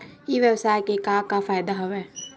ई व्यवसाय के का का फ़ायदा हवय?